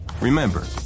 Remember